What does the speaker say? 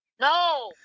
No